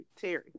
Terry